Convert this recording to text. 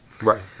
right